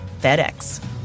FedEx